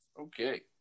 Okay